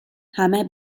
همه